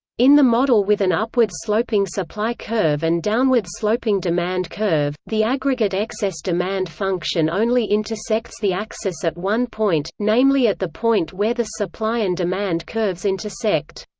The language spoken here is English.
in the model with an upward-sloping supply curve and downward-sloping demand curve, the aggregate excess demand function only intersects the axis at one point, namely at the point where the supply and demand curves intersect.